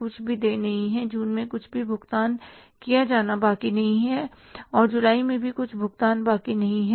कुछ भी देय नहीं है जून में कुछ भी भुगतान किया जाना बाकी नहीं है और जुलाई में भी कुछ भुगतान बाकी नहीं है